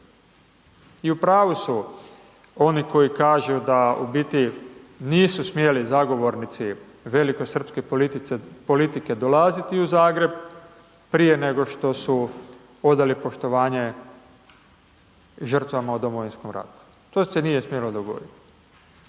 I u pravu su oni koji kažu da u biti nisu smjeli zagovornici velikosrpske politike dolaziti u Zagreb prije nego li su odali poštovanje žrtvama u Domovinskom ratu, to se nije smjelo dogodit.